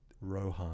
Rohan